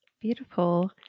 Beautiful